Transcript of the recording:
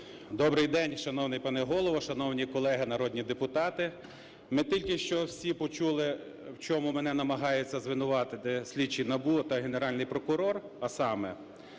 Добрий день, шановний пане Голово, шановні народні депутати! Ми тільки що всі почули, в чому мене намагаються звинуватити слідчі НАБУ та Генеральний прокурор, а саме: